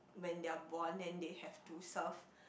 when they're born then they have to serve